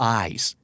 eyes